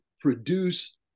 produce